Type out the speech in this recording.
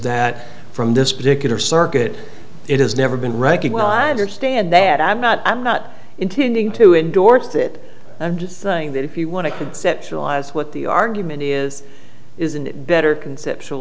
that from this particular circuit it has never been ranking well i understand that i'm not i'm not intending to endorse it i'm just saying that if you want to conceptualize what the argument is isn't it better conceptual